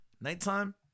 nighttime